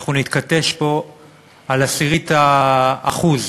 אנחנו נתכתש פה על עשירית האחוז,